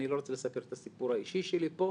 אני לא רוצה לספר את הסיפור האישי שלי פה,